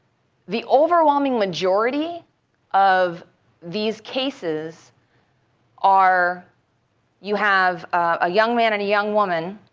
the overwhelming majority of these cases are you have a young man and a young woman